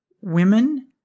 women